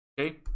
Okay